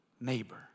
neighbor